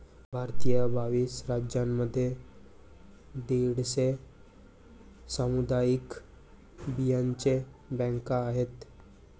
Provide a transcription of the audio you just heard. भारतातील बावीस राज्यांमध्ये दीडशे सामुदायिक बियांचे बँका आहेत